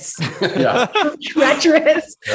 treacherous